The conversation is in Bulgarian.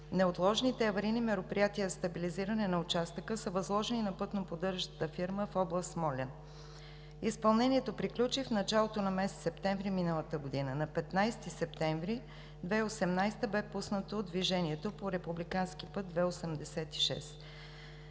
Неотложните аварийни мероприятия за стабилизиране на участъка са възложени на пътноподдържащата фирма в област Смолян. Изпълнението приключи в началото на месец септември миналата година. На 15 септември 2018 г. беше пуснато движението по републикански път II-86.